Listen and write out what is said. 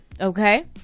Okay